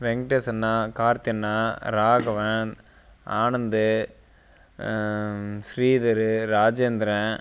வெங்கடேஷ் அண்ணா கார்த்தி அண்ணா ராகவன் ஆனந்து ஸ்ரீதர் ராஜேந்திரன்